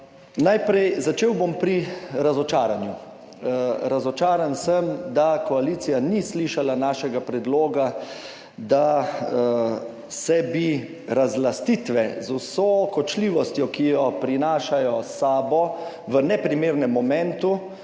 Najprej, začel bom pri razočaranju. Razočaran sem, da koalicija ni slišala našega predloga, da se bi razlastitve z vso kočljivostjo, ki jo prinašajo s sabo v neprimernem momentu.